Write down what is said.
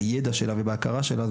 ביידע שלה ובהכרה שלה,